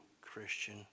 Christian